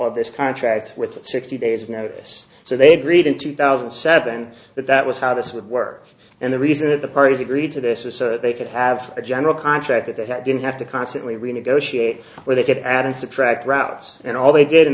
of this contract with sixty days notice so they'd read in two thousand and seven that that was how this would work and the reason that the parties agreed to this is so that they could have a general contract that they had didn't have to constantly renegotiate where they could add and subtract routes and all they did in